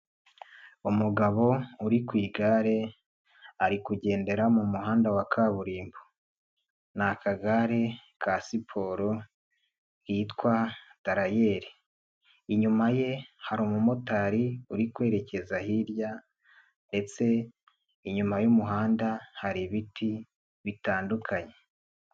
Umugabo uri ku igare ari kugendera mu muhanda wa kaburimbo, ni akagare ka siporo kitwa darayeri, inyuma ye hari umumotari uri kwerekeza hirya ndetse inyuma y'umuhanda hari ibiti bitandukanye.